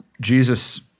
Jesus